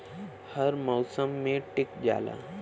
हर मउसम मे टीक जाला